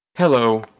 Hello